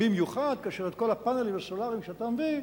במיוחד כאשר את כל הפאנלים הסולריים שאתה מביא,